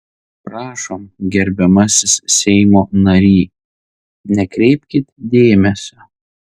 prašom gerbiamasis seimo nary nekreipkit dėmesio